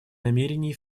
намерений